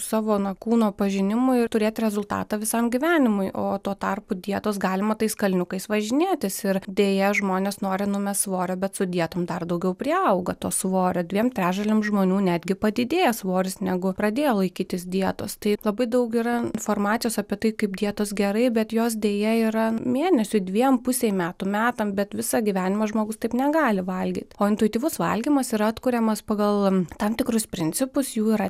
savo na kūno pažinimui ir turėt rezultatą visam gyvenimui o tuo tarpu dietos galima tais kalniukais važinėtis ir deja žmonės nori numest svorio bet sudėtum dar daugiau priauga to svorio dviem trečdaliam žmonių netgi padidėja svoris negu pradėjo laikytis dietos tai labai daug yra informacijos apie tai kaip dietos gerai bet jos deja yra mėnesiui dviem pusei metų metam bet visą gyvenimą žmogus taip negali valgyt o intuityvus valgymas yra atkuriamas pagal tam tikrus principus jų yra